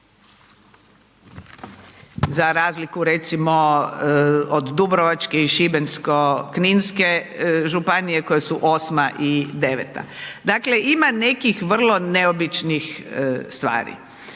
za razliku recimo od Dubrovačko i Šibensko-kninske županije koje su 8 i 9. Dakle, ima nekih vrlo neobičnih stvari,